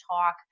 talk